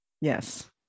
Yes